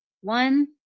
One